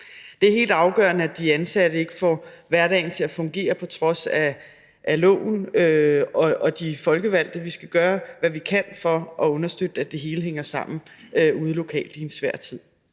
Det er helt afgørende, at de ansatte ikke får hverdagen til at fungere på trods af loven og de folkevalgte; vi skal gøre, hvad vi kan for at understøtte, at det hele hænger sammen ude lokalt i en svær tid.